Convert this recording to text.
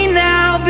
now